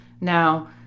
Now